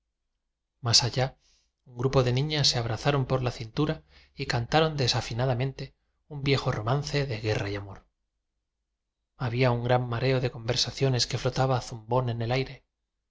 mas allá un grupo de niñas se abrazaron por la cintura y cantaron desafinadamente un viejo roman ce de guerra y amor había un gran ma reo de conversaciones que flotaba zumbón en el aire